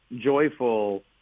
joyful